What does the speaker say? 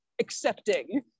accepting